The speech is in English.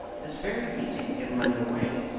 it is very easy to give money away,